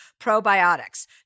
probiotics